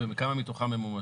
וכמה מתוכן ממומשות?